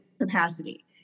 capacity